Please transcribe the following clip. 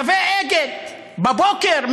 קווי "אגד" בבוקר,